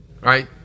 right